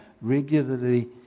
regularly